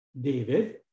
David